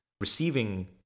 receiving